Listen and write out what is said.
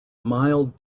mild